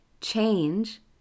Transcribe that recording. Change